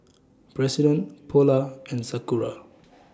President Polar and Sakura